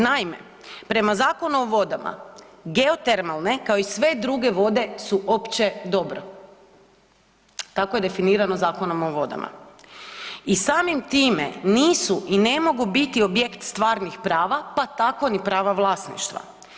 Naime, prema Zakonu o vodama geotermalne kao i sve druge vode su opće dobro, tako je definirano Zakonom o vodama i samim time nisu i ne mogu biti objekt stvarnih prava pa tako ni prava vlasništva.